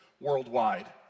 worldwide